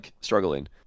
struggling